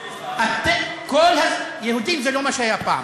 כל הזמן אנחנו מאכזבים אותך.